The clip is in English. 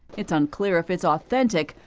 it's unclear if it's authentic,